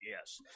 yes